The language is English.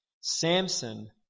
Samson